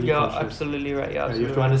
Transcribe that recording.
you're absolutely right you're absolutely right